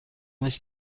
was